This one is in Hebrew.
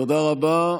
תודה רבה.